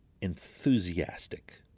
enthusiastic